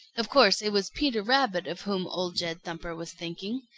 of course it was peter rabbit of whom old jed thumper was thinking.